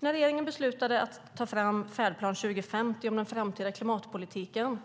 När regeringen beslutade att ta fram Färdplan 2050 om den framtida klimatpolitiken